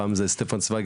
הפעם זה סטפן סוויג,